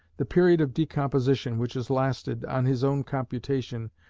the period of decomposition, which has lasted, on his own computation,